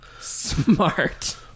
smart